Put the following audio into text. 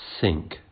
sink